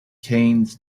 keynes